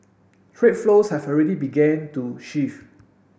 trade flows have already began to shift